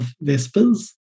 Vespers